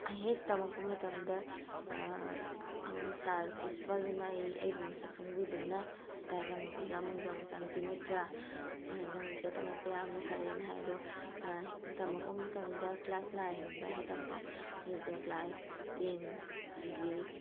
ꯑꯩ ꯍꯦꯛ ꯇꯝꯃꯛꯄ ꯃꯇꯝꯗ ꯑꯩꯈꯣꯏ ꯁꯥꯔ ꯄ꯭ꯔꯤꯟꯁꯤꯄꯥꯜꯗꯨꯅ ꯑꯩ ꯑꯩꯕꯨ ꯃꯁꯛ ꯈꯪꯕꯤꯗꯨꯅ ꯍꯥꯏꯇꯥꯔꯦ ꯅꯪ ꯑꯣꯖꯥ ꯃꯪꯒꯤꯖꯥꯎ ꯃꯆꯥꯅꯨꯄꯤ ꯅꯠꯇ꯭ꯔ ꯅꯪ ꯁꯤꯗ ꯇꯝꯃꯛꯄ ꯌꯥꯝꯅ ꯐꯔꯦꯅ ꯍꯥꯏ ꯑꯗꯣ ꯇꯝꯃꯛꯄ ꯃꯇꯝꯗ ꯀ꯭ꯂꯥꯁ ꯅꯥꯏꯟꯗ ꯍꯥꯏꯇꯥꯔꯦꯀꯣ ꯑꯗꯨꯗ ꯀ꯭ꯂꯥꯁ ꯇꯦꯟꯒꯤ